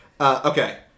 Okay